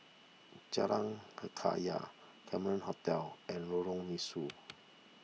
Jalan Hikayat Cameron Hotel and Lorong Mesu